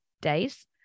days